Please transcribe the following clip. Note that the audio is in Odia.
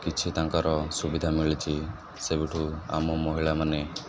କିଛି ତାଙ୍କର ସୁବିଧା ମିଳିଛି ସେବଠୁ ଆମ ମହିଳାମାନେ